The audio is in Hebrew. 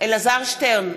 סתיו שפיר,